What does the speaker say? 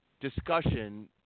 discussion